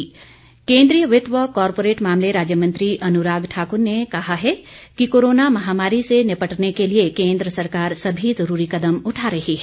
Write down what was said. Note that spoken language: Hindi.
अन्राग ठाक्र केंद्रीय वित्त व कोरपोरेट मामले राज्य मंत्री अनुराग ठाकुर ने कहा है कि कोरोना महामारी से निपटने के लिए केंद्र सरकार सभी जरूरी कदम उठा रही है